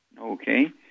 Okay